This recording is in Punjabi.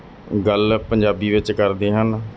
ਗੱਲ ਪੰਜਾਬੀ ਵਿੱਚ ਕਰਦੇ ਹਨ